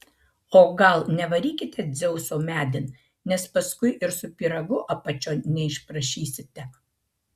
o gal nevarykite dzeuso medin nes paskui ir su pyragu apačion neišprašysite